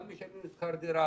גם משלמים שכר דירה,